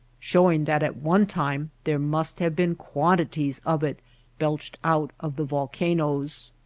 showing that at one time there must have been quantities of it belched out of the volcanoes.